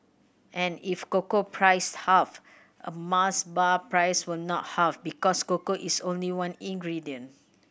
and if cocoa prices halved a Mars bar price will not halve because cocoa is only one ingredient